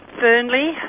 Burnley